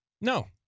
No